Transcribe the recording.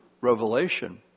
Revelation